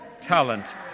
talent